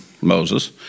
Moses